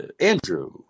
Andrew